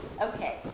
Okay